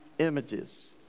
images